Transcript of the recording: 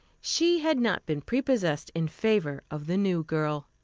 she had not been prepossessed in favor of the new girl.